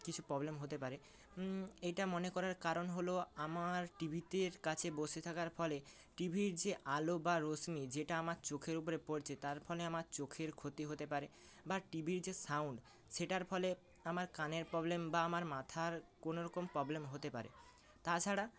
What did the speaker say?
কিছু প্রবলেম হতে পারে এটা মনে করার কারণ হল আমার টি ভিতের কাছে বসে থাকার ফলে টি ভির যে আলো বা রশ্মি যেটা আমার চোখের উপরে পড়ছে তার ফলে আমার চোখের ক্ষতি হতে পারে বা টি বির যে সাউন্ড সেটার ফলে আমার কানের প্রবলেম বা আমার মাথার কোনোরকম প্রবলেম হতে পারে তাছাড়া